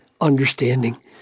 understanding